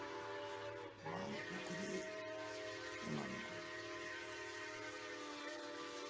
ᱵᱟᱸᱫᱽ ᱯᱩᱠᱷᱨᱤ ᱮᱢᱟᱱ ᱠᱚ